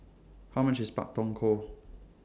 How much IS Pak Thong Ko